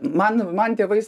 man man tėvais